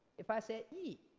if i said ee,